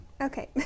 Okay